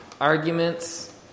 arguments